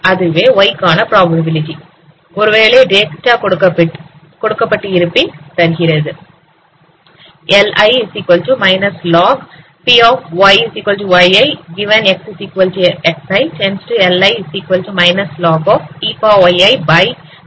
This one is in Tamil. அதுவே y கான புரோபாபிலிடி ஒருவேளை டேட்டா கொடுக்கப்பட்டு இருப்பின் தருகிறது